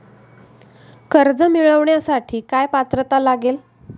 कर्ज मिळवण्यासाठी काय पात्रता लागेल?